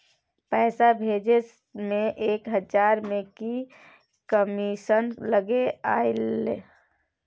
पैसा भैजे मे एक हजार मे की कमिसन लगे अएछ?